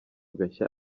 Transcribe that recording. gashya